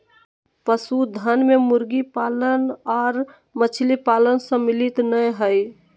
पशुधन मे मुर्गी पालन आर मछली पालन सम्मिलित नै हई